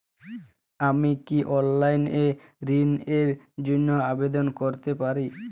আমি কি অনলাইন এ ঋণ র জন্য আবেদন করতে পারি?